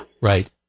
Right